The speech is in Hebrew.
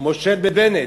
מושל בבנט,